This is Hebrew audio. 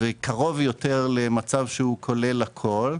וקרוב יותר למצב שבו הוא כולל הכול,